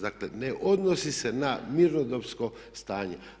Dakle ne odnosi se na mirnodopsko stanje.